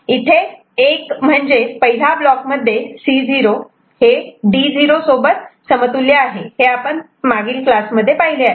इथे 1 म्हणजे पहिला ब्लॉक मध्ये C 0 हे D 0 सोबत समतुल्य आहे हे आपण पण मागील क्लासमध्ये पाहिले